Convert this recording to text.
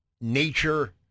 nature